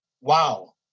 wow